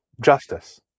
justice